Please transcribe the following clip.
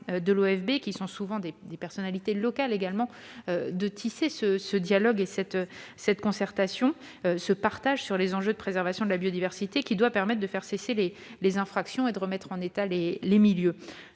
de l'OFB, qui sont souvent des personnalités locales, de tisser ce dialogue, cette concertation, ce partage, sur les enjeux de préservation de la biodiversité ; ainsi peut-on faire cesser les infractions et remettre en état les milieux.